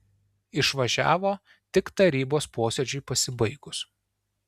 išvažiavo tik tarybos posėdžiui pasibaigus